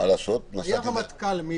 היה הרמטכ"ל.